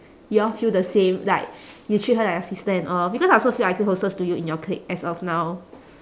you all feel the same like you treat her like a sister and all because I also feel I closest to you in your clique as of now